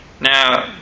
Now